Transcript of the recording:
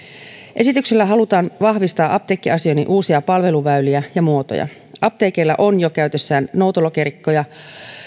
esityksellä halutaan vahvistaa apteekkiasioinnin uusia palveluväyliä ja muotoja apteekeilla on jo käytössään noutolokerikkoja